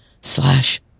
slash